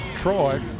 Troy